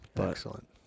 Excellent